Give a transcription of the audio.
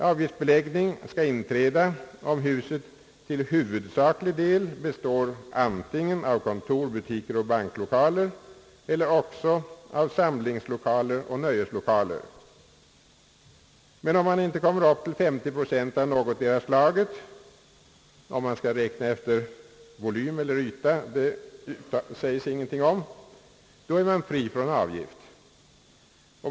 Avgiftsbeläggning skall inträda, om huset fill huvudsaklig del består antingen av kontor, butiker och banklokaler eller också av samlingslokaler och nöjeslokaler. Men om man inte kommer upp till 50 procent av någotdera slaget — om det skall räknas efter volym eller yta, säges ingenting om är man fri från avgift.